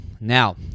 Now